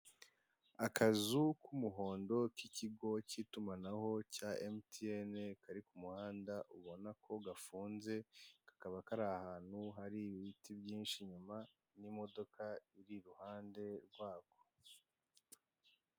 Akazu k'umuhondo k'ikigo k'itumanaho cya Mtn kari ku muhanda ubona ko gafunze, kakaba kari ahantu hari ibiti byinshi inyuma n'imodoka iri i ruhande rwako.